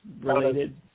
related